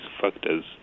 factors